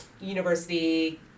university